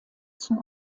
zum